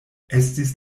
estis